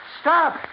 Stop